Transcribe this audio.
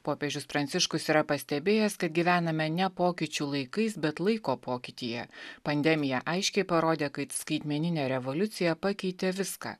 popiežius pranciškus yra pastebėjęs kad gyvename ne pokyčių laikais bet laiko pokytyje pandemija aiškiai parodė kaip skaitmeninė revoliucija pakeitė viską